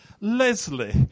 Leslie